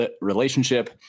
relationship